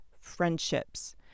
friendships